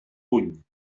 puny